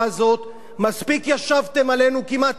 מספיק ישבתם עלינו כמעט ארבע שנים,